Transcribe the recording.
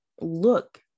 look